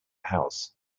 house